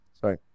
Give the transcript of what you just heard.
sorry